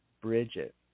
Bridget